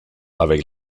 avec